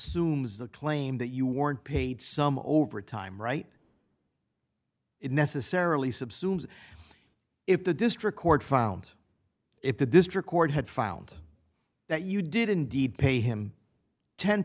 the claim that you weren't paid some overtime right it necessarily subsumes if the district court found if the district court had found that you did indeed pay him ten